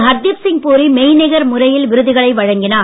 ஹர்தீப் சிங் புரி மெய்நிகர் முறையில் விருதுகளை வழங்கினார்